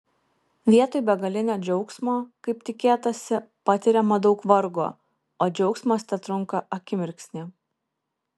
vietoj begalinio džiaugsmo kaip tikėtasi patiriama daug vargo o džiaugsmas tetrunka akimirksnį